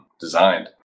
designed